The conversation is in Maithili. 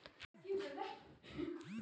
यू.पी.आई सै पैसा मंगाउल जाय?